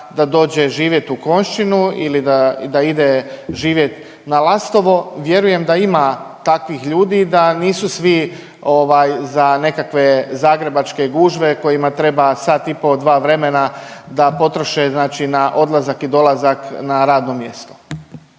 da dođe živjeti u Konjšćinu ili da ide živjet na Lastovo. Vjerujem da ima takvih ljudi, da nisu svi ovaj za nekakve zagrebačke gužve kojima treba sat i po, dva vremena da potroše znači na odlazak i dolazak na radno mjesto.